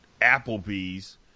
Applebee's